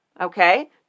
okay